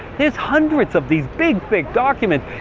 there's hundreds of these big thick documents.